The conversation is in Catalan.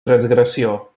transgressió